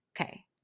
Okay